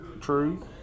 True